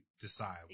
decide